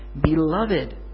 beloved